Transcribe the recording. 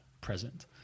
present